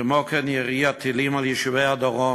וכמו כן, את ירי הטילים על תושבי הדרום.